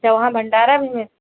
अच्छा वहाँ भंडारा भी है